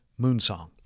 Moonsong